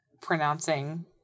pronouncing